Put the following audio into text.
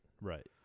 Right